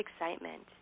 excitement